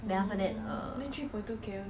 !walao! upper sec lower sec got so many girls